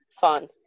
fun